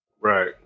Right